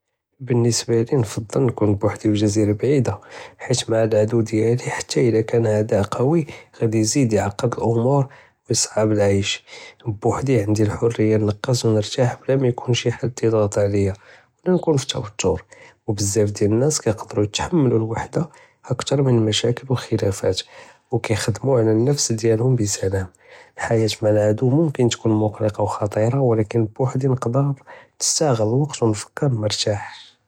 באלנسبة לי נفضل נكون בוחדי פי ג'זירה בעידה, חית מעא אלעדו דיאלי חתא אידה קאן עאדא קווי גאדי יזיד יעקד אלאומור ויצעב אלעיש, בוחדי ענדי אלחריה נקוז ונרתאח בלא מא יכון שי חד ידע'ט עליא, ולא נكون פי תותאר, ובזאף דיאל אלנאס יכדרו יתחדלו אלוחדה אכתר מן משאקיל וקלפאת, ויכדם עלא אלנפס דיאלهم ביסלם, אלחיאת מעא אלעדו מוכנ תכון מוג'ליק וחתיר ולקין בוחדי נוקדר נסתגל אלוואקט ונפכר מרתאח.